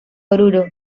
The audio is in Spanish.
oruro